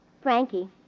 Frankie